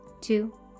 two